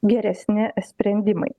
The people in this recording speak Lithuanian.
geresni sprendimai